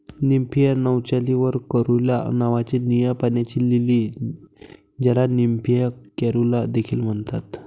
Nymphaea nouchali var caerulea नावाची निळ्या पाण्याची लिली, ज्याला निम्फिया कॅरुला देखील म्हणतात